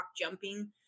jumping